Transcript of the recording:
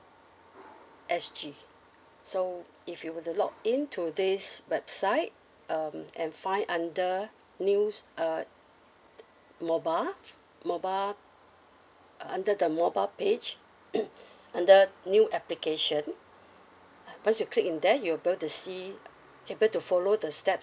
S G so if you were to log in to this website um and find under news uh mobile mobile uh under the mobile page under the new application onve you click in there you'll be able to see people to follow the steps